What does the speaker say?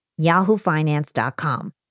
yahoofinance.com